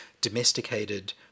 domesticated